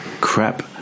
crap